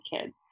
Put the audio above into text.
kids